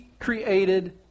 created